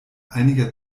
einiger